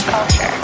Culture